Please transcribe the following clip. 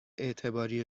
اعتباری